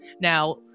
now